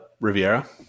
Riviera